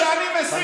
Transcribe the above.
כשאני עונה לכם,